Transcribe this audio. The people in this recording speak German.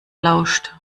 lauscht